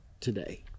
today